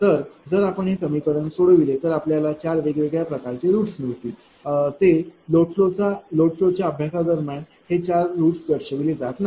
तर जर आपण हे समीकरण सोडविले तर आपल्याला चार वेगवेगळ्या प्रकाराचे रूट्स मिळतील ते लोड फ्लो च्या अभ्यासा दरम्यान हे रूट्स दर्शविले जात नाही